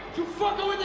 you fucking